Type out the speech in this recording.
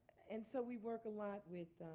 and so we work a lot with